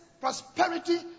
prosperity